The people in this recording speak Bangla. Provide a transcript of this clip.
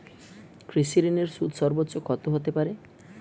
কৃষিঋণের সুদ সর্বোচ্চ কত হতে পারে?